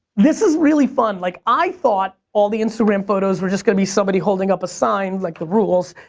this is really fun, like i thought all the instagram photos are just gonna be somebody holding up a sign, like the rules,